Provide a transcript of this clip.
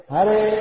Hare